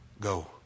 Go